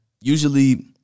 usually